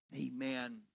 Amen